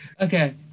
Okay